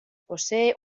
posee